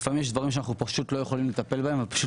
לפעמים יש דברים שאנחנו פשוט לא יכולים לטפל בהם ופשוט